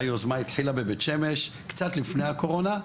היוזמה התחילה בבית שמש קצת לפני הקורונה,